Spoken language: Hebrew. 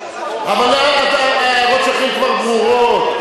אבל ההערות שלכם כבר ברורות.